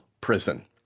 prison